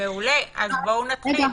מעולה, אז בואו נתחיל.